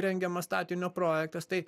rengiamas statinio projektas tai